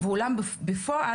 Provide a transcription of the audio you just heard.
אולם בפועל,